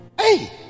hey